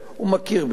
הוא מכיר בזה.